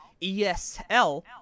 ESL